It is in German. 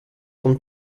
von